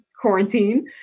quarantine